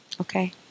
Okay